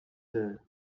heures